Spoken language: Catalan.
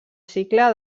cicle